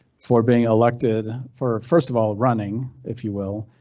for being elected for first of all, running if you will,